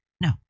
no